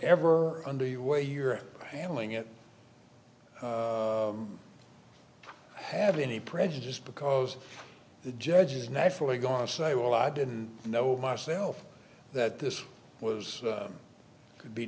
ever under the way you're handling it have any prejudice because the judge is naturally going to say well i didn't know myself that this was could be